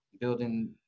building